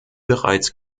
bereits